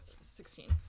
Sixteen